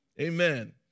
Amen